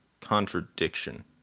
contradiction